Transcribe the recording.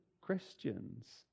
Christians